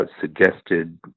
suggested